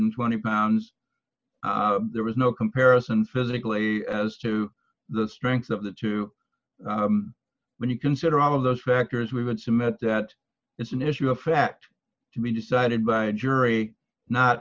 and twenty pounds there is no comparison physically as to the strength of the two when you consider all of those factors we would submit that it's an issue of fact to be decided by a jury not